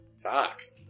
Fuck